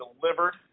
delivered